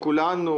שכולנו